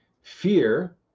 Fear